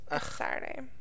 Saturday